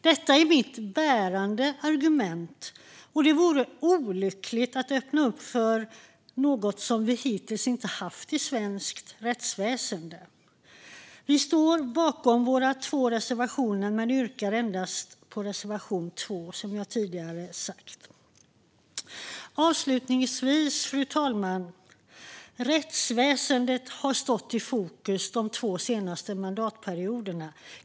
Detta är mitt bärande argument, och det vore olyckligt att öppna upp för något som vi hittills inte haft i svenskt rättsväsen. Vi står bakom våra två reservationer men yrkar endast bifall till reservation 2, som jag tidigare har sagt. Fru talman! Rättsväsendet har stått i fokus de två senaste mandatperioderna.